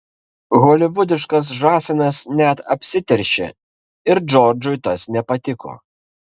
holivudiškas žąsinas net apsiteršė ir džordžui tas nepatiko